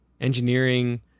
Engineering